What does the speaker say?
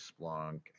Splunk